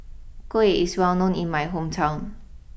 Kuih is well known in my hometown